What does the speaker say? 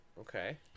Okay